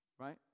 Right